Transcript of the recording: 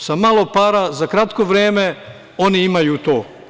Sa malo para za kratko vreme oni imaju to.